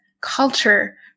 culture